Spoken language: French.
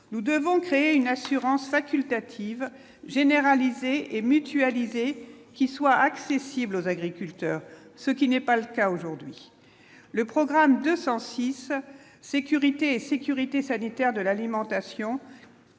nous devons créer une assurance facultative généralisée et mutualiser qui soit accessible aux agriculteurs, ce qui n'est pas le cas aujourd'hui le programme 206 Sécurité, sécurité sanitaire de l'alimentation